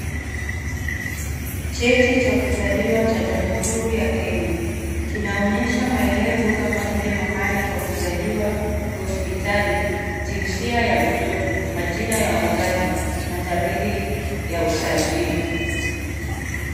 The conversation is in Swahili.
Cheti cha kuzaliwa cha jamuhuri ya Kenya, kinaonyesha maelezo kama vile mahali pa kuzaliwa, hospitali, jinsia ya mtoto, majina ya wazazi, na tarehe, ya usajili.